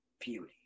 beauty